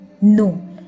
no